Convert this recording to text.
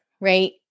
right